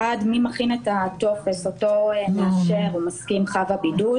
האחת, מי מכין את הטופס שמסכים לו חב הבידוד.